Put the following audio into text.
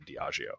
diageo